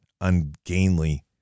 ungainly